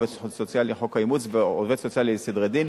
עובד סוציאלי לחוק האימוץ ועובד סוציאלי לסדרי דין,